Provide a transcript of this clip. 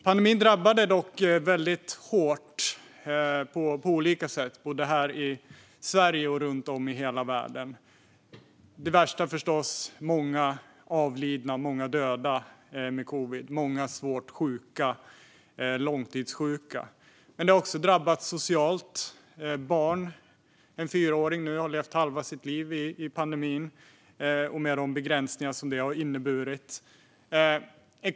Pandemin drabbade hårt på olika sätt, både här i Sverige och runt om i världen. Det värsta var förstås många avlidna med covid och många svårt sjuka och långtidssjuka. Men pandemin har också drabbat socialt. Ett barn som är fyra år har nu levt halva sitt liv med pandemin och de begränsningar som den har inneburit.